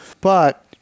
But-